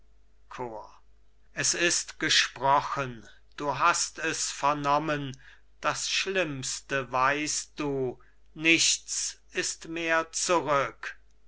es ist gesprochen du hast es vernommen das schlimmste weißt du nichts ist mehr zurück